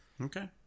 Okay